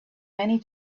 many